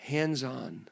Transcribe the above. hands-on